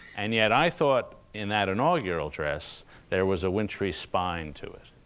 and yet i thought in that inaugural address there was a wintry spine to it.